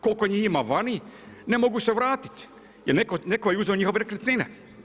Koliko njih ima vani ne mogu se vratiti, jer netko je uzeo njihove nekretnine.